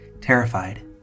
Terrified